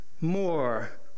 more